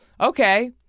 Okay